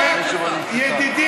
כי זאת הארץ שלנו.